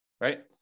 right